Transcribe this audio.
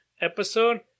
episode